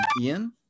Ian